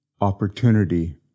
opportunity